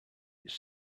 its